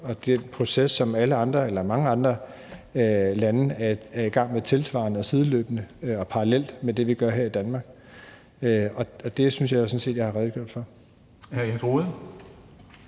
og det er en proces, som alle andre eller mange andre lande er i gang med tilsvarende, sideløbende, parallelt med det, vi gør her i Danmark. Og det synes jeg jo sådan set at